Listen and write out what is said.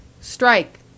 Strike